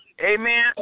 Amen